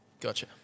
Gotcha